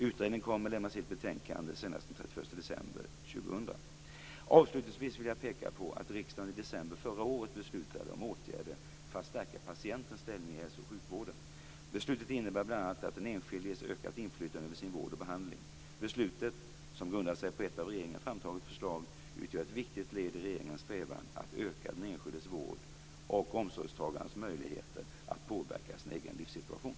Utredningen kommer att lämna sitt betänkande senast den 31 december år 2000. Avslutningsvis vill jag peka på att riksdagen i december förra året beslutade om åtgärder för att stärka patientens ställning i hälso och sjukvården. Beslutet innebär bl.a. att den enskilde ges ökat inflytande över sin vård och behandling. Beslutet, som grundar sig på ett av regeringen framtaget förslag, utgör ett viktigt led i regeringens strävan att öka den enskilde vårdoch omsorgstagarens möjligheter att påverka sin egen livssituation.